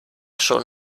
schon